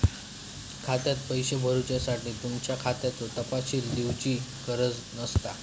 खात्यात पैशे भरुच्यासाठी तुमच्या खात्याचो तपशील दिवची गरज नसता